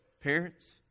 Parents